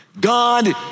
God